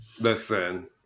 Listen